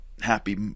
Happy